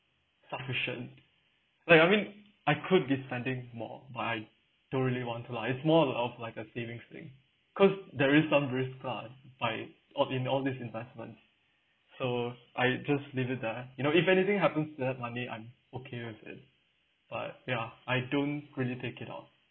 sufficient like I mean I could get spending more but I don't really want to lah it's more on of like a savings thing cause there is some drift lah by of in all this investment so I just leave it there you know if anything happens to that money I'm okay with it but ya I don't really take it off